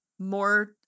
more